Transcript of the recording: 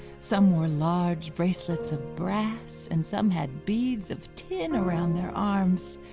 some wore large bracelets of brass and some had beads of tin around their arms.